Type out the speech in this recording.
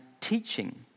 teaching